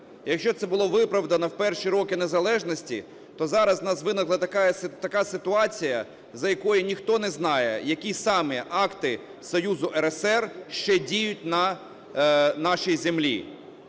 Якщо це було виправдано в перші роки незалежності, то зараз у нас виникла така ситуація, за якою ніхто не знає, які саме акти Союзу РСР ще діють на нашій землі.